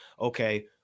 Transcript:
okay